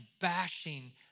bashing